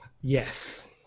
Yes